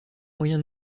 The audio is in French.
moyen